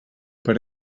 per